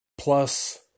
Plus